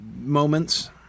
moments